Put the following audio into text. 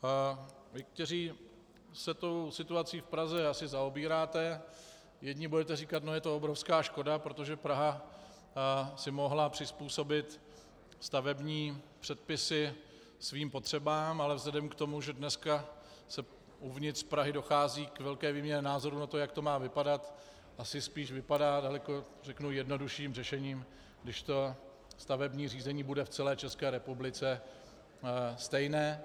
Vy, kteří se situací v Praze asi zaobíráte, jedni budete říkat, že je to obrovská škoda, protože Praha si mohla přizpůsobit stavební předpisy svým potřebám, ale vzhledem k tomu, že dneska uvnitř Prahy dochází k velké výměně názorů na to, jak to má vypadat, asi spíš vypadá daleko jednodušší řešení, když stavební řízení bude v celé České republice stejné.